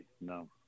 No